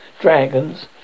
dragons